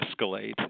escalate